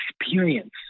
experience